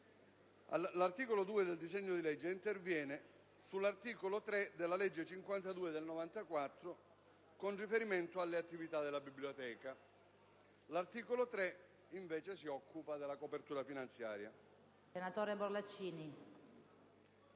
L'articolo 2 del disegno di legge interviene sull'articolo 3 della legge n. 52 del 1994 con riferimento alle attività della Biblioteca. L'articolo 3 invece si occupa della copertura finanziaria.